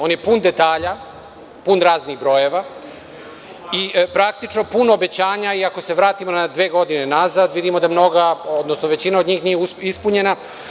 On je pun detalja, pun raznih brojeva i praktično pun obećanja, i ako se vratimo na dve godine nazad, vidimo da mnoga, odnosno da većina od njih nije ispunjena.